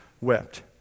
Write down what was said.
wept